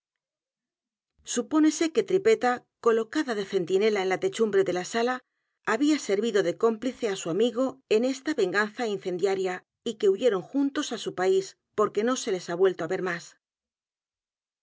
supónese que tripetta colocada de centinela en la techumbre de la sala había servido de cómplice á su amigo en esta venganza incendiaria y que huyeron j u n t o s á su país p o r q u e no se les ha vuelto á ver m